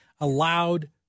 allowed